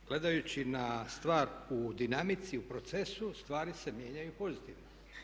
I gledajući na stvar u dinamici, u procesu, stvari se mijenjaju pozitivno.